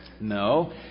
No